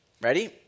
ready